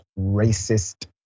racist